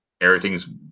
everything's